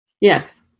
Yes